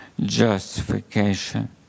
justification